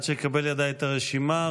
עד שאקבל לידיי את הרשימה,